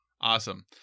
Awesome